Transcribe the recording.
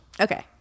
Okay